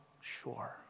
sure